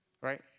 right